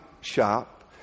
shop